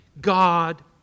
God